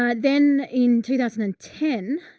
ah then in two thousand and ten,